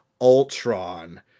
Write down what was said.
Ultron